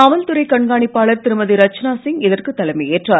காவல்துறை கண்காணிப்பாளர் திருமதி ரச்சனா சிங் இதற்கு தலைமையேற்றார்